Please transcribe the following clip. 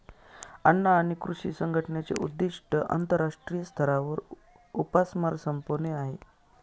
अन्न आणि कृषी संघटनेचे उद्दिष्ट आंतरराष्ट्रीय स्तरावर उपासमार संपवणे आहे